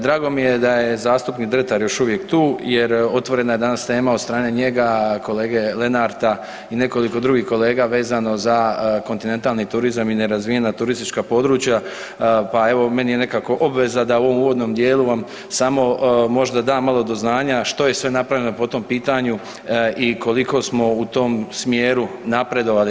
Drago mi je da je zastupnik Dretar još uvijek tu, jer otvorena je danas tema od strane njega, kolege Lenarta i nekoliko drugih kolega vezano za kontinentalni turizam i nerazvijena turistička područja, pa evo meni je nekako obveza da u ovom uvodnom dijelu vam samo možda dam do znanja što je sve napravljeno po tom pitanju i koliko smo u tom smjeru napredovali.